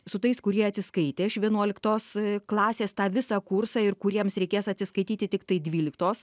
su tais kurie atsiskaitė iš vienuoliktos klasės tą visą kursą ir kuriems reikės atsiskaityti tiktai dvyliktos